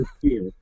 fear